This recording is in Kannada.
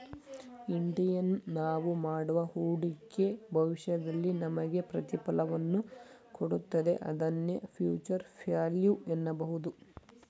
ಇಂಡಿಯನ್ ನಾವು ಮಾಡುವ ಹೂಡಿಕೆ ಭವಿಷ್ಯದಲ್ಲಿ ನಮಗೆ ಪ್ರತಿಫಲವನ್ನು ಕೊಡುತ್ತದೆ ಇದನ್ನೇ ಫ್ಯೂಚರ್ ವ್ಯಾಲ್ಯೂ ಎನ್ನಬಹುದು